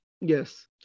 Yes